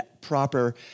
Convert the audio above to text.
proper